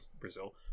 Brazil